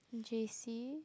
j_c